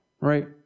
right